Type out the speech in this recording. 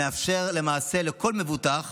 מאפשר למעשה לכל מבוטח